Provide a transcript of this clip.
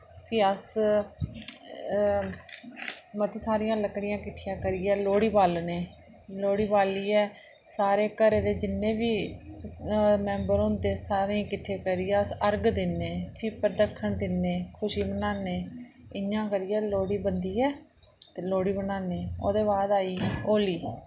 फ्ही अस बाकी सारियां लकड़ियां किट्ठियां करियै लोहड़ी बालने लोहड़ी बालियै सारे घरे दे जिन्ने बी मैम्बर होंदे सारें किट्ठे करियै अस अर्घ दिन्ने फ्ही परदक्खन दिन्ने खुशी मनाने इ'यां करियै लोहड़ी बनदी ऐ ते लोहड़ी बनाने ओह्दे बाद आई गेई होली